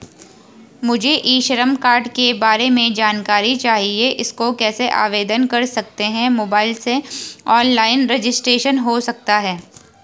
मुझे e Shram card के बारे में जानकारी चाहिए इसको कैसे आवेदन कर सकते हैं मोबाइल से ऑनलाइन रजिस्ट्रेशन हो सकता है?